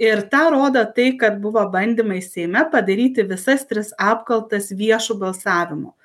ir tą rodo tai kad buvo bandymai seime padaryti visas tris apkaltas viešu balsavimu